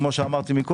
כמו שאמרתי קודם,